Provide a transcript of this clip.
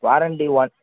warranty one